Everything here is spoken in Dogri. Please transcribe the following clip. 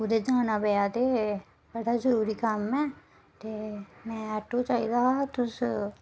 कुतै जाना पेआ ते बड़ा जरूरी कम्म ऐ ते में आटो चाहिदा हा तुस